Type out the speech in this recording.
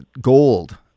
Gold